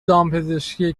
دامپزشکی